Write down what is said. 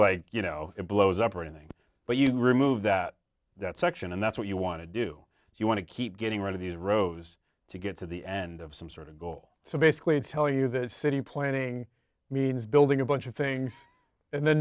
like you know it blows up or anything but you remove that that section and that's what you want to do if you want to keep getting rid of these rows to get to the end of some sort of goal so basically tell you that city planning means building a bunch of things and then